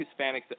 Hispanics